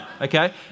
Okay